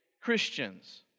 Christians